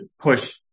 push